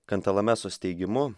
kantalamesos teigimu